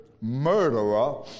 murderer